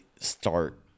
start